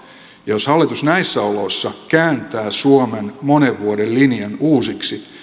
jos hallitus näissä oloissa kääntää suomen monen vuoden linjan uusiksi